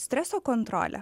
streso kontrolė